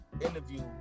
interview